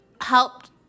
helped